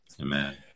Amen